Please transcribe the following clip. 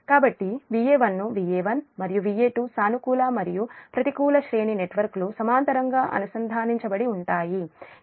కాబట్టి Va1 ను Va1 మరియుVa2 సానుకూల మరియు ప్రతికూల శ్రేణి నెట్వర్క్లు సమాంతరంగా అనుసంధానించబడి ఉంటాయి ఎందుకంటే Va1Va2